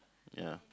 ya